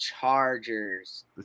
Chargers